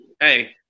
hey